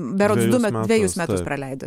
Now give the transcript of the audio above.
berods du dvejus metus praleidot